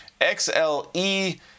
XLE